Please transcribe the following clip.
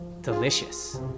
delicious